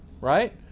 right